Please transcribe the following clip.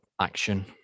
action